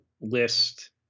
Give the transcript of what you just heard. list